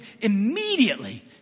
immediately